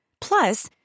Plus